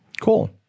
Cool